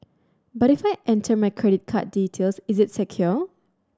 but if I enter my credit card details is it secure